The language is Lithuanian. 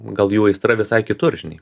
gal jų aistra visai kitur žinai